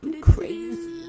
Crazy